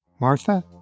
Martha